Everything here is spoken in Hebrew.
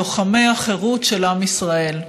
לוחמי החירות של עם ישראל,